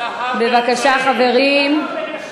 בבקשה, חברים.